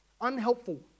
Unhelpful